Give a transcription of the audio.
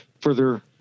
further